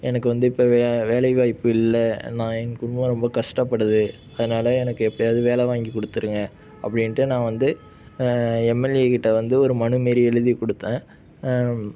எனக்கு வந்து இப்போ வே வேலைவாய்ப்பு இல்லை நான் என் குடும்பம் ரொம்ப கஷ்டப்படுது அதனால எனக்கு எப்படியாவுது வேலை வாங்கி கொடுத்துருங்க அப்படின்ட்டு நான் வந்து எம்எல்ஏக்கிட்ட வந்து ஒரு மனு மாரி எழுதிக் கொடுத்தேன்